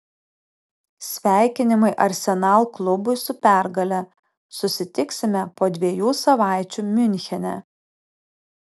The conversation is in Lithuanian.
sveikinimai arsenal klubui su pergale susitiksime po dviejų savaičių miunchene